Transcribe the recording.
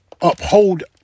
uphold